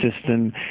system